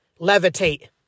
levitate